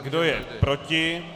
Kdo je proti?